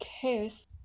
case